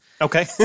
Okay